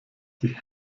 die